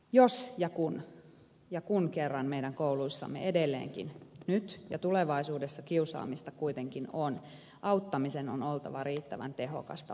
jos ja kun kerran meidän kouluissamme edelleenkin nyt ja tulevaisuudessa kiusaamista kuitenkin on auttamisen on oltava riittävän tehokasta